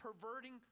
perverting